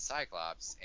Cyclops